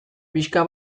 pixka